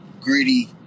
gritty